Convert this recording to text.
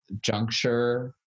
juncture